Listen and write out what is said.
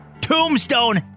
Tombstone